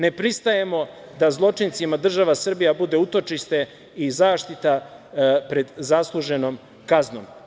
Ne pristajemo da zločincima država Srbija bude utočište i zaštita pred zasluženom kaznom.